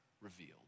revealed